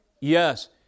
Yes